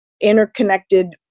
interconnected